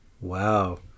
wow